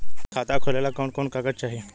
खाता खोलेला कवन कवन कागज चाहीं?